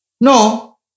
No